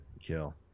Kill